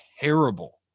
terrible